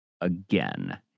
again